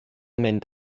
mynd